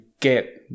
get